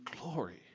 glory